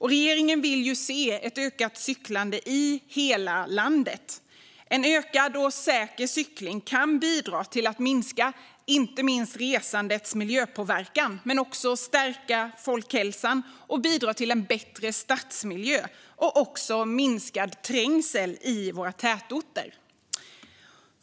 Regeringen vill se ett ökat cyklande i hela landet. En ökad och säker cykling kan bidra till att minska resandets miljöpåverkan, stärka folkhälsan och bidra till en bättre stadsmiljö och minskad trängsel i tätorter.